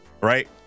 right